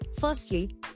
Firstly